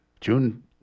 June